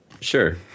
Sure